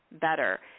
better